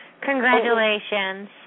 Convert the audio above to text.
Congratulations